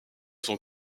son